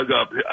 up